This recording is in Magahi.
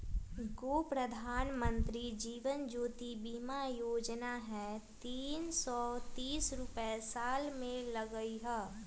गो प्रधानमंत्री जीवन ज्योति बीमा योजना है तीन सौ तीस रुपए साल में लगहई?